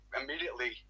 immediately